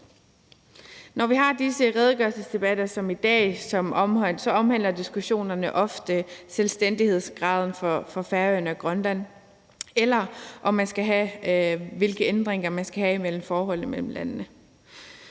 Når vi har disse redegørelsesdebatter som i dag, omhandler diskussionerne ofte selvstændighedsgraden for Færøerne og Grønland, eller hvilke ændringer man skal have i forholdene mellem landene.